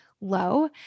low